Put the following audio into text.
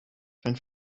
wenn